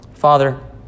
Father